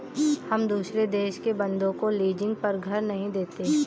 हम दुसरे देश के बन्दों को लीजिंग पर घर नहीं देते